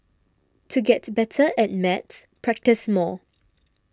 to get better at maths practise more